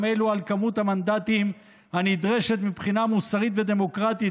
גם אלו על מספר המנדטים הנדרש מבחינה מוסרית ודמוקרטית